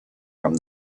from